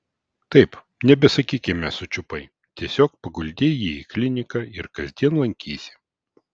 taip nebesakykime sučiupai tiesiog paguldei jį į kliniką ir kasdien lankysi